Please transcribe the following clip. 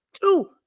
Two